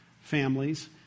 families